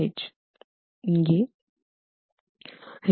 5 H இங்கே 0